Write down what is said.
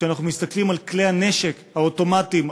כשאנחנו מסתכלים על כלי הנשק האוטומטיים,